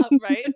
right